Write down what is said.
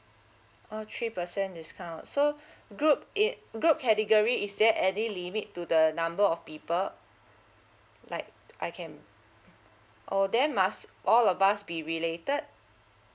oh three percent discount so group it group category is there any limit to the number of people like I can or then must all of us be related